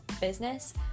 business